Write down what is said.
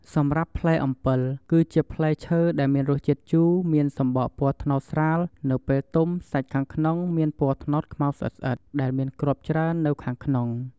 សម្រាប់ផ្លែអំពិល គឺជាផ្លែឈើដែលមានរសជាតិជូរមានសំបកពណ៌ត្នោតស្រាល នៅពេលទុំ សាច់ខាងក្នុងមានពណ៌ត្នោតខ្មៅស្អិតៗ ដែលមានគ្រាប់ច្រើននៅខាងក្នុង។